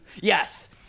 Yes